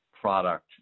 product